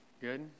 Good